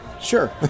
sure